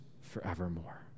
forevermore